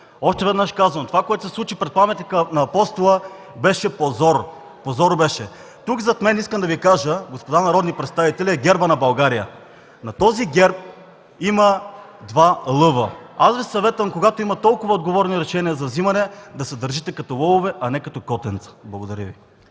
Още веднъж казвам, че това, което се случи пред паметника на Апостола, беше позор. Позор беше! Тук зад мен, господа народни представители, искам да Ви кажа, е гербът на Република България. На този герб има два лъва. Аз Ви съветвам, когато има толкова отговорни решения за вземане, да се държите като лъвове, а не като котенца. Благодаря Ви.